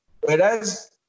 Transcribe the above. whereas